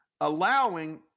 allowing